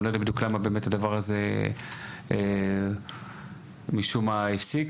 אני לא יודע בדיוק למה באמת הדבר הזה משום מה הפסיק.